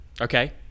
okay